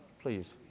Please